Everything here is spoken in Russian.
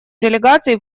делегаций